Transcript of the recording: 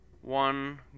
one